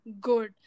good